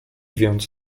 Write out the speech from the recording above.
więc